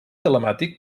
telemàtic